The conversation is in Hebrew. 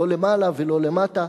לא למעלה ולא למטה,